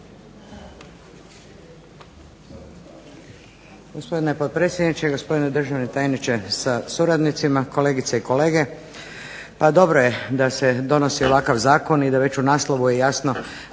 Poštovani potpredsjedniče, gospodine državni tajniče sa suradnicima, kolegice i kolege. Pa dobro je da se donosi ovakav zakon i da već u naslovu je jasno